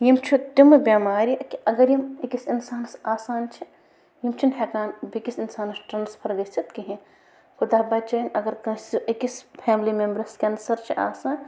یِم چھِ تِمہٕ بٮ۪مارِ کہِ اَگر یِم أکِس اِنسانس آسان چھِ یِم چھِنہٕ ہٮ۪کان بیٚکِس اِنسانَس ٹرٛانَسفَر گٔژھِتھ کہیٖنۍ خۄدا بَچٲیِن اَگر کٲنٛسہِ أکِس فیملی مٮ۪مبرَس کینسر چھِ آسان